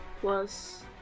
plus